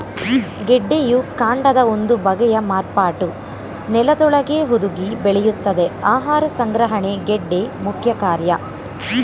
ಗೆಡ್ಡೆಯು ಕಾಂಡದ ಒಂದು ಬಗೆಯ ಮಾರ್ಪಾಟು ನೆಲದೊಳಗೇ ಹುದುಗಿ ಬೆಳೆಯುತ್ತದೆ ಆಹಾರ ಸಂಗ್ರಹಣೆ ಗೆಡ್ಡೆ ಮುಖ್ಯಕಾರ್ಯ